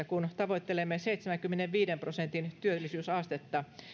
kun tavoittelemme seitsemänkymmenenviiden prosentin työllisyysastetta